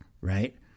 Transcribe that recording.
right